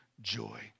joy